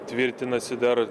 tvirtinasi dar